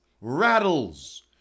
rattles